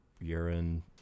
urine